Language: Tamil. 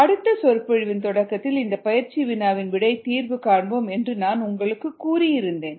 அடுத்த சொற்பொழிவின் தொடக்கத்தில் இந்த பயிற்சி வினாவின் விடையை தீர்வு காண்போம் என்று உங்களுக்கு கூறியிருந்தேன்